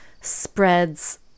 spreads